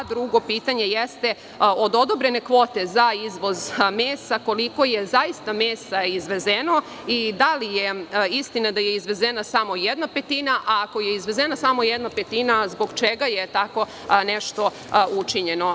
Drugo pitanje jeste – od odobrene kvote za izvoz mesa, koliko je zaista mesa izvezeno i da li je istina da je izvezena samo jedna petina, a ako je izvezena samo jedan petina zbog čega je tako nešto učinjeno?